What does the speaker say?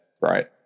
Right